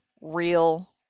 real